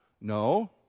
No